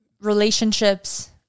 relationships